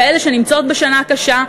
כאלה שנמצאות בשנה קשה,